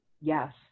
Yes